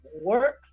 work